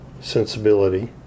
sensibility